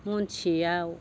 महनसेआव